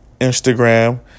Instagram